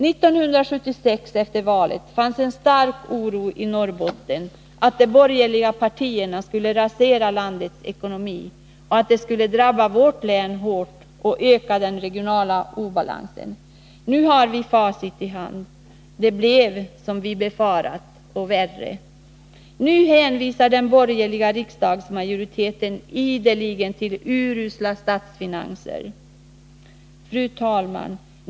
Efter valet 1976 fanns en stark oro i Norrbotten för att de borgerliga partierna skulle rasera landets ekonomi, att det hårt skulle drabba vårt län och öka den regionala obalansen. Nu har vi facit i hand. Det blev som vi befarat, och värre. Nu hänvisar den borgerliga riksdagsmajoriteten ideligen till de urusla statsfinanserna. Fru talman!